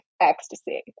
ecstasy